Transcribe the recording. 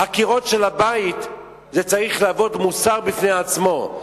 הקירות של הבית, זה צריך להוות מוסר בפני עצמו.